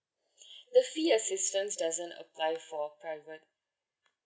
the fee assistance doesn't apply for private